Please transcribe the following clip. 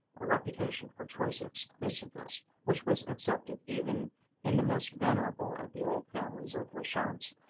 a reputation for choice exclusiveness which was accepted even in the most venerable of the old families of la chance,